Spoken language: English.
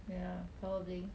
ya probably